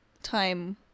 time